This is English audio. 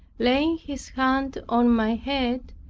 laying his hand on my head,